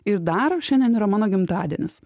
ir dar šiandien yra mano gimtadienis